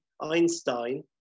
Einstein